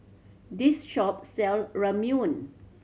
this shop sell Ramyeon